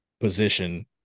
position